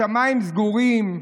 השמיים סגורים,